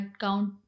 count